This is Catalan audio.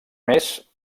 més